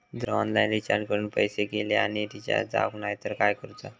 जर online recharge करून पैसे गेले आणि रिचार्ज जावक नाय तर काय करूचा?